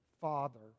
Father